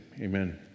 Amen